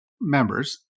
members